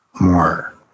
more